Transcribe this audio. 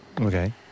Okay